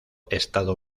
estado